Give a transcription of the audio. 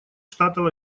штатов